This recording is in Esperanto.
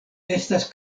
estas